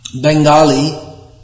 Bengali